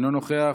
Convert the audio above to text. אינו נוכח,